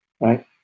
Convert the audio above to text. right